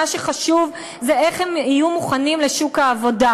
שחשוב זה איך הם יהיו מוכנים לשוק העבודה,